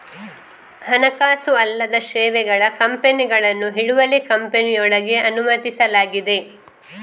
ಹಣಕಾಸು ಅಲ್ಲದ ಸೇವೆಗಳ ಕಂಪನಿಗಳನ್ನು ಹಿಡುವಳಿ ಕಂಪನಿಯೊಳಗೆ ಅನುಮತಿಸಲಾಗಿದೆ